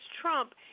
Trump